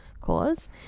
cause